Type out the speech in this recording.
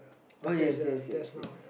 uh yes yes yes yes